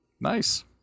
Nice